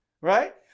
right